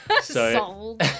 Sold